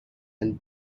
and